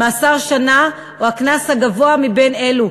מאסר שנה, או הקנס הגבוה מבין אלה: